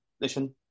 Listen